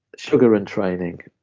sugar and training,